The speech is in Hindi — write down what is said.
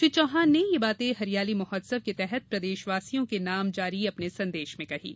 श्री चौहान ने यह बातें हरियाली महोत्सव के तहत प्रदेशवासियों के नाम जारी अपने संदेश में कही हैं